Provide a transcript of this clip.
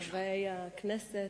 חברי חברי הכנסת,